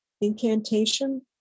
incantation